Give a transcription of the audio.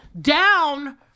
down